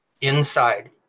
inside